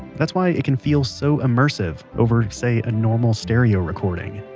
that's why it can feel so immersive over, say, a normal stereo recording.